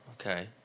okay